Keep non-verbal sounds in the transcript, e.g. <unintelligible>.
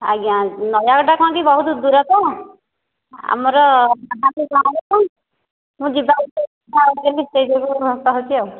ଆଜ୍ଞା ଆଜ୍ଞା ନୟାଗଡ଼ଟା କ'ଣ କି ବହୁତ ଦୂର ତ ଆମର <unintelligible> ମୁଁ ଯିବା <unintelligible>